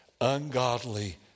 ungodly